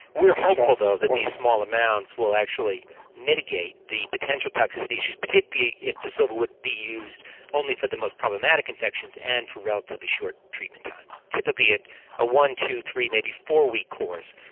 we are hopeful though that these small amounts will actually mitigate the potential toxicity issues, particularly if the silver would be used only for the most problematic infections and for relatively short treatment times, typically a ah one, two, three, maybe four-week course.